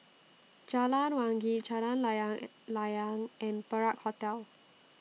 Jalan Wangi Jalan Layang and Layang and Perak Hotel